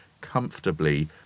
comfortably